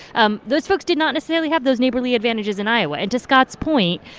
um those folks did not necessarily have those neighborly advantages in iowa. and to scott's point,